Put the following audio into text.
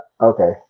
Okay